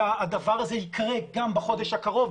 והדבר הזה יקרה גם בחודש הקרוב,